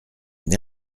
une